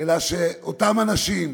אלא שאותם אנשים,